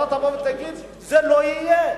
שאתה תבוא ותגיד: זה לא יהיה.